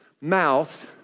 mouth